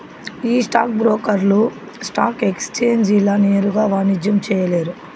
ఈ స్టాక్ బ్రోకర్లు స్టాక్ ఎక్సేంజీల నేరుగా వాణిజ్యం చేయలేరు